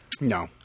No